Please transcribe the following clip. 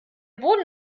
boden